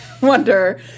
wonder